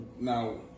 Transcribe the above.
Now